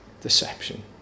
deception